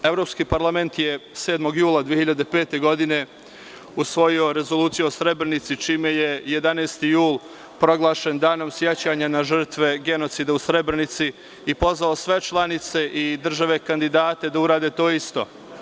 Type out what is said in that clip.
Evropski parlament je 7. jula 2005. godine usvojio Rezoluciju o Srebrenici, čime je 11. jul proglašen Danom sećanja na žrtve genocida u Srebrenici i pozvao sve članice i države kandidata da urade to isto.